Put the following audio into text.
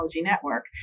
Network